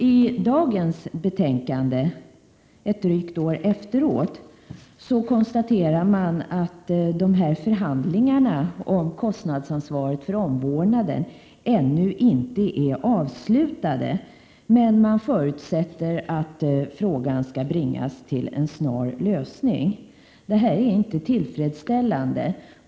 I årets betänkande, drygt ett år senare, konstaterar utskottet att dessa förhandlingar om kostnadsansvaret för omvårdnaden ännu inte är avslutade. Utskottet förutsätter emellertid att frågan skall bringas till en snar lösning. Det här är inte tillfredsställande.